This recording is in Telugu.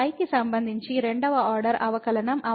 y కి సంబంధించి రెండవ ఆర్డర్ అవకలనం అవుతుంది